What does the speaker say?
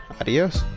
adios